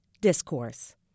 discourse